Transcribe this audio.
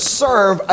serve